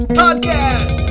podcast